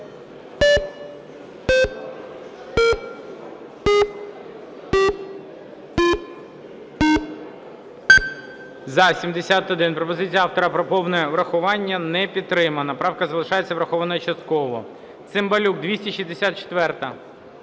За-71 Пропозиція автора про повне врахування не підтримана. Правка залишається врахованою частково. Цимбалюк. 264-а.